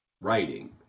writing